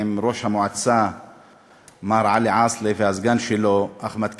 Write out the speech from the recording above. עם ראש המועצה מר עלי עאסלה והסגן שלו אחמד כנאענה,